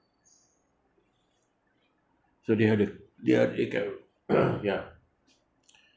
so they have the ya